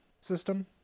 system